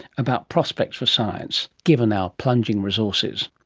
about prospects for science, given our plunging resources.